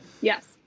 Yes